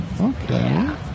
okay